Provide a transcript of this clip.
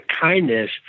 kindness